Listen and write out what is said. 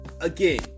again